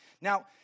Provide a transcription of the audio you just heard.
Now